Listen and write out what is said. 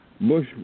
Bush